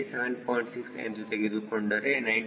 6 ಎಂದು ತೆಗೆದುಕೊಂಡರೆ 97